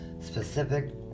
specific